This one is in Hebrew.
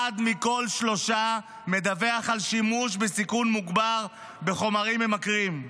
אחד מכל שלושה מדווח על שימוש בסיכון מוגבר בחומרים ממכרים.